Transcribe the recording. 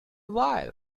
while